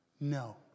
No